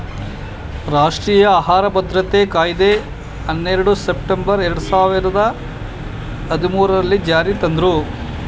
ರಾಷ್ಟ್ರೀಯ ಆಹಾರ ಭದ್ರತಾ ಕಾಯಿದೆ ಹನ್ನೆರಡು ಸೆಪ್ಟೆಂಬರ್ ಎರಡು ಸಾವಿರದ ಹದ್ಮೂರಲ್ಲೀ ಜಾರಿಗೆ ತಂದ್ರೂ